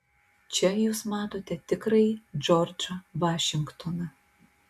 čia jūs matote tikrąjį džordžą vašingtoną